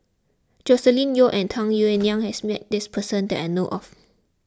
Joscelin Yeo and Tung Yue Nang has met this person that I know of